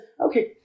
Okay